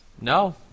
No